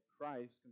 Christ